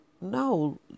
no